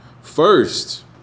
First